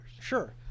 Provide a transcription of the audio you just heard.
Sure